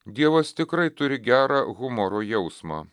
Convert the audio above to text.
dievas tikrai turi gerą humoro jausmą